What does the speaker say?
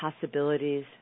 possibilities